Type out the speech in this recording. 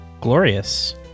Glorious